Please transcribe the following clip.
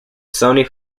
sony